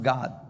God